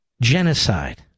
genocide